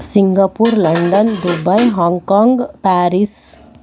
Singapore London Dubai Hong Kong Paris